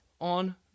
on